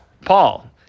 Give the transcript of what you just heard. Paul